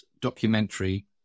documentary